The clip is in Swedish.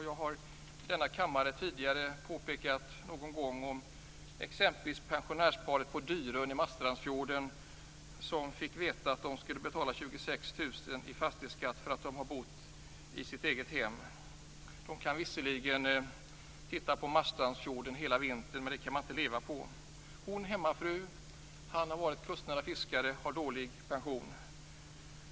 Jag har tidigare någon gång i denna kammare talat om exempelvis pensionärsparet på Dyrön i Marstrandsfjorden, som fick veta att de skulle betala 26 000 kr i fastighetsskatt, därför att de har bott i sitt eget hem. De kan visserligen titta på Marstrandsfjorden hela vintern, men det kan man inte leva på. Hon är hemmafru, och han har varit kustnära fiskare och har dålig pension.